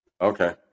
Okay